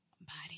body